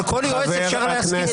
עכשיו הגזמתם.